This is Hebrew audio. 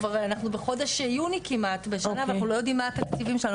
אנחנו כבר בחודש יוני כמעט ואנחנו לא יודעים מה התקציבים שלנו,